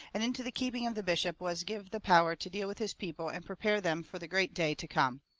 and into the keeping of the bishop was give the power to deal with his people and prepare them fur the great day to come.